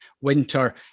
winter